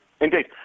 Indeed